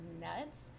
nuts